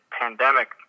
pandemic